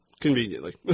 Conveniently